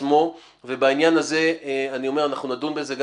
עצמו ובעניין הזה אני אומר שאנחנו נדון בזה,